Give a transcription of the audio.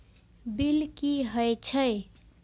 Bill की हौए छै?